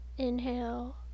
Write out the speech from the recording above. Inhale